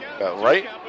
right